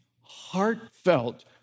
Heartfelt